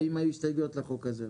האם היו הסתייגויות לחוק הזה?